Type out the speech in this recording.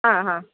ആ ഹാ